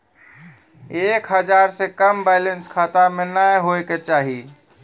एक हजार से कम बैलेंस खाता मे नैय होय के चाही